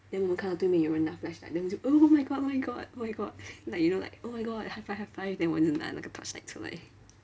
then 我们看到对面有人拿 flashlight then 我们就 oh my god oh my god oh my god like you know like oh my god high five high five then 我们就拿那个 torchlight 出来